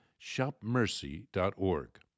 ShopMercy.org